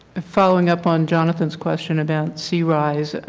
ah following up on jonathan's question about sea rise